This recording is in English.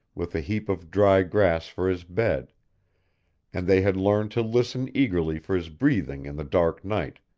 with a heap of dry grass for his bed and they had learned to listen eagerly for his breathing in the dark night,